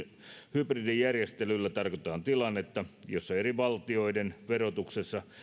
hybridijärjestelyillä tarkoitetaan tilannetta jossa eri valtioiden verotuksessa